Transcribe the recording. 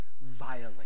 violate